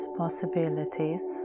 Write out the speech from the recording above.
possibilities